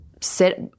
sit